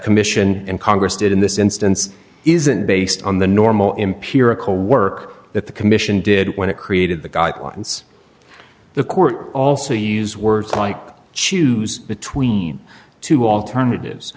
commission and congress did in this instance isn't based on the normal imperial work that the commission did when it created the guidelines the court also use words like choose between two alternatives